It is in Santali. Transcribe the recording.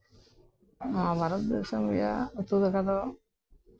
ᱱᱚᱣᱟ ᱵᱷᱟᱨᱚᱛ ᱫᱤᱥᱚᱢ ᱨᱮᱭᱟᱜ ᱩᱛᱩ ᱫᱟᱠᱟ ᱫᱚ